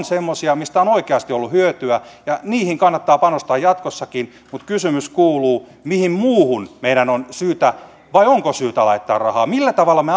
semmoisia mistä on oikeasti ollut hyötyä ja niihin kannattaa panostaa jatkossakin mutta kysymys kuuluu mihin muuhun meidän on syytä vai onko syytä laittaa rahaa millä tavalla me